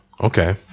Okay